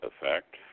effect